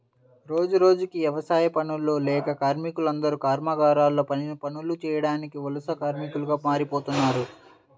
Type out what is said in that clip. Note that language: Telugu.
రోజురోజుకీ యవసాయ పనులు లేక కార్మికులందరూ కర్మాగారాల్లో పనులు చేయడానికి వలస కార్మికులుగా మారిపోతన్నారు